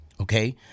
Okay